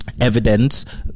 evidence